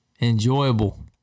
enjoyable